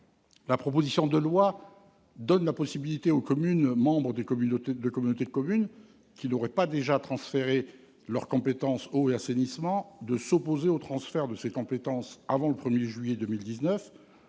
La proposition de loi donne la possibilité aux communes membres de communautés de communes qui n'auraient pas déjà transféré leurs compétences « eau » et « assainissement » de s'opposer au transfert de ces compétences avant le 1 juillet 2019,